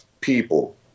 people